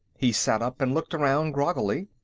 he sat up and looked around groggily.